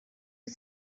wyt